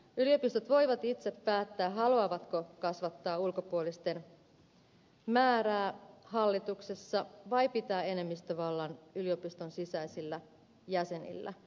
yliopistot voivat itse päättää haluavatko kasvattaa ulkopuolisten määrää hallituksessa vai pitää enemmistövallan yliopiston sisäisillä jäsenillä